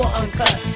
uncut